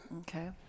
Okay